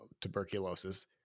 tuberculosis